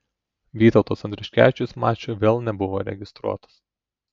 vytautas andriuškevičius mačui vėl nebuvo registruotas